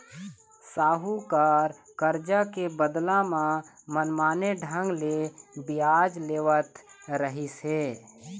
साहूकार करजा के बदला म मनमाने ढंग ले बियाज लेवत रहिस हे